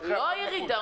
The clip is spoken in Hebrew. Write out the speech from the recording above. לא על הירידה.